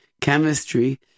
chemistry